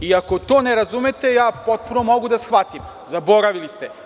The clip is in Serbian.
Ako to ne razumete, ja to potpuno mogu da shvatim, zaboravili ste.